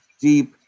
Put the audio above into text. deep